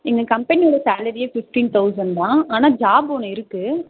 எங்கள் கம்பெனியில சாலரியே ஃபிஃப்ட்டீன் தௌசண்ட் தான் ஆனால் ஜாப் ஒன்று இருக்கு